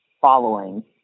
following